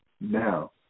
now